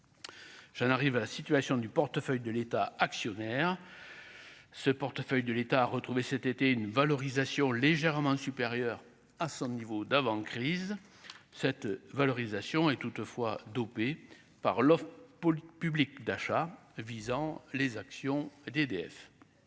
j'en arrive à la situation du portefeuille de l'État actionnaire ce portefeuille de l'État à retrouver cet été une valorisation légèrement supérieur à son niveau d'avant-crise cette valorisation est toutefois dopé par l'homme politique publique d'achat visant les actions d'EDF